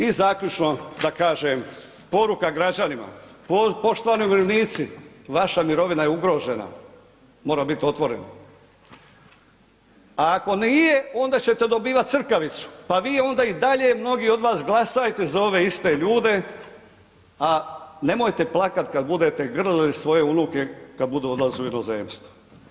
I zaključno da kažem, poruka građanima, poštovani umirovljenici vaša mirovina je ugrožena, moram bit otvore, a ako nije onda ćete dobivat crkavicu pa vi onda i dalje, mnogi od vas glasajte za ove iste ljude, a nemojte plakati kad budete grlili svoje unuke kad budu odlazili u inozemstvo.